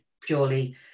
purely